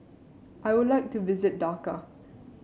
I would like to visit Dhaka